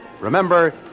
Remember